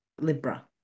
Libra